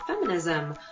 Feminism